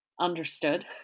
understood